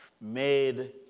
made